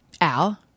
Al